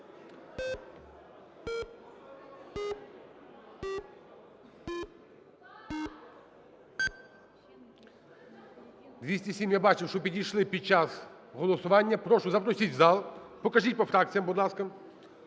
За-207 Я бачу, що підійшли під час голосування. Прошу, запросіть в зал. Покажіть по фракціям, будь ласка.